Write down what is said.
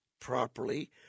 properly